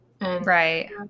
right